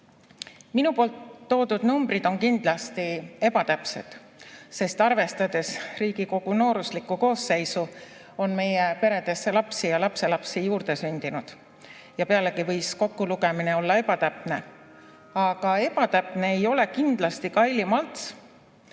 Minu toodud numbrid on kindlasti ebatäpsed, sest arvestades Riigikogu nooruslikku koosseisu on meie peredesse lapsi ja lapselapsi juurde sündinud. Pealegi võis kokkulugemine olla ebatäpne. Aga ebatäpne ei ole kindlasti Kaili Malts,